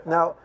Now